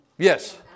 Yes